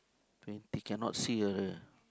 twenty cannot see